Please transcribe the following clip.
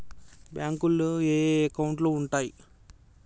బ్యాంకులో ఏయే అకౌంట్లు ఉంటయ్?